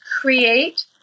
create